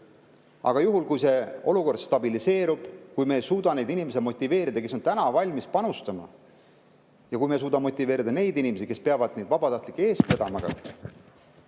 Aga kui olukord stabiliseerub, kui me ei suuda neid inimesi motiveerida, kes on täna valmis panustama, ja kui me ei suuda motiveerida neid inimesi, kes peavad vabatahtlikke eest vedama,